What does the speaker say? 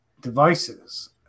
devices